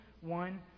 one